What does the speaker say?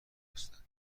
هستند